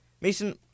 Mason